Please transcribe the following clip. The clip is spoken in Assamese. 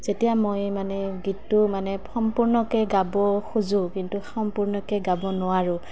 যেতিয়া মই মানে গীতটো মানে সম্পূৰ্ণকৈ গাব খোজোঁ কিন্তু সম্পূৰ্ণকৈ গাব নোৱাৰোঁ